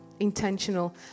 intentional